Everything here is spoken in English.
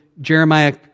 Jeremiah